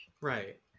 right